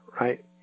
Right